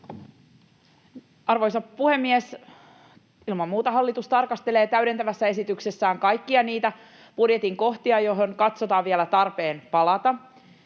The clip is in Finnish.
Arvoisa puhemies! Ilman muuta hallitus tarkastelee täydentävässä esityksessään kaikkia niitä budjetin kohtia, joihin katsotaan vielä tarpeelliseksi palata.